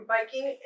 Biking